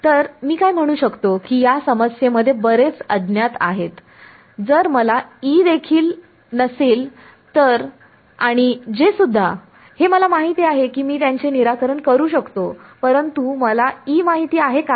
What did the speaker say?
तर मी काय म्हणू शकतो की या समस्येमध्ये बरेच अज्ञात आहेत जर मला माहित E देखील नसेल तर आणि J सुद्धा हे मला माहित आहे की मी त्याचे निराकरण करू शकतो परंतु मला E माहित आहे काय